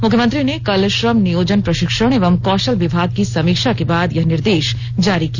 मुख्यमंत्री ने कल श्रम नियोजन प्रशिक्षण एवं कौशल विभाग की समीक्षा के बाद यह निर्देश जारी किया